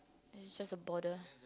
it's just a bother